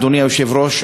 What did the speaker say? אדוני היושב-ראש,